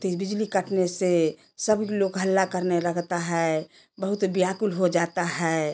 ग अथी बिजली कटने से सब लोग हल्ला करने लगता है बहुत व्याकुल हो जाता है जाड़ा में